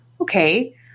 Okay